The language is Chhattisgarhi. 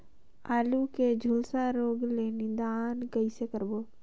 आलू के झुलसा रोग ले निदान कइसे करबो?